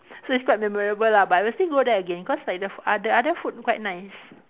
so it's quite memorable lah but I will still go there again cause like the foo~ uh the other food quite nice